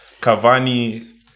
Cavani